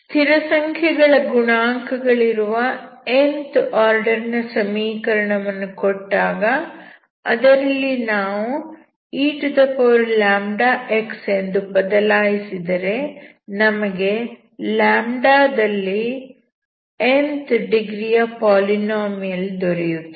ಸ್ಥಿರಸಂಖ್ಯೆಗಳ ಗುಣಾಂಕಗಳಿರುವ nth order ನ ಸಮೀಕರಣವನ್ನು ಕೊಟ್ಟಾಗ ಅದರಲ್ಲಿ ನಾವು eλx ಎಂದು ಬದಲಾಯಿಸಿದರೆ ನಮಗೆ ದಲ್ಲಿ nth ಡಿಗ್ರಿಯ ಪಾಲಿನೋಮಿಯಲ್ ದೊರೆಯುತ್ತದೆ